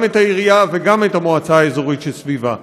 את העירייה וגם את המועצה האזורית שסביבה.